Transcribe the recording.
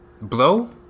Blow